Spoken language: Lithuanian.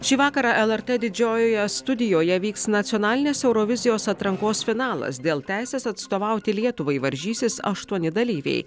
šį vakarą lrt didžiojoje studijoje vyks nacionalinės eurovizijos atrankos finalas dėl teisės atstovauti lietuvai varžysis aštuoni dalyviai